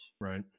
Right